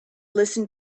listen